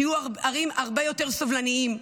שיהיו ערים הרבה יותר סובלניות,